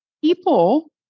People